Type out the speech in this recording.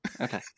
okay